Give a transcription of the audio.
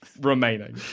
remaining